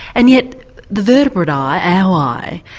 and yet the vertebrate eye, our eye,